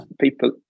people